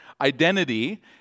Identity